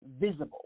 visible